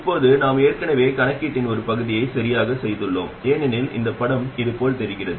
இப்போது நாம் ஏற்கனவே கணக்கீட்டின் ஒரு பகுதியை சரியாகச் செய்துள்ளோம் ஏனெனில் இந்த படம் இது போல் தெரிகிறது